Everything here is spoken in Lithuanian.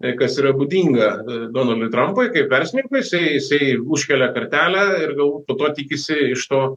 tai kas yra būdinga donaldui trampui kaip verslininkui jisai jisai užkelia kartelę ir galbūt po to tikisi iš to